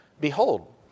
behold